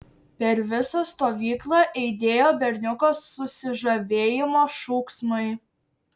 per visą stovyklą aidėjo berniuko susižavėjimo šūksmai